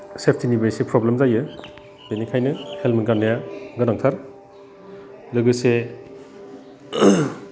सेफ्टिनिबो एसे प्रब्लेम जायो बेनिखायनो हेलमेट गाननाया गोनांथार लोगोसे